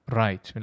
right